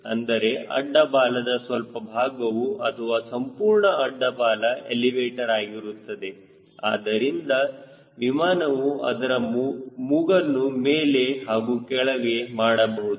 ಅಂದರೆ ಅಡ್ಡ ಬಾಲದ ಸ್ವಲ್ಪ ಭಾಗವು ಅಥವಾ ಸಂಪೂರ್ಣ ಅಡ್ಡ ಬಾಲ ಎಲಿವೇಟರ್ ಆಗಿರುತ್ತದೆ ಅದರಿಂದ ವಿಮಾನವು ಅದರ ಮೂಗನ್ನು ಮೇಲೆ ಹಾಗೂ ಕೆಳಗೆ ಮಾಡಬಹುದು